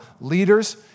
leaders